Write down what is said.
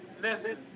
listen